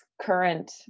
current